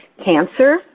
cancer